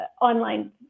online